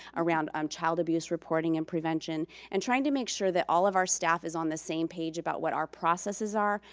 around um child abuse reporting and prevention and trying to make sure that all of our staff is on the same page about what our processes are,